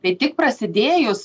tai tik prasidėjus